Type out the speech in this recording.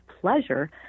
pleasure